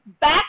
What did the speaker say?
Back